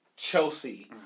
Chelsea